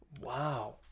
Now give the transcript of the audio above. wow